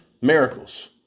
miracles